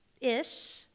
ish